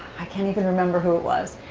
i can't even remember who it was.